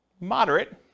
Moderate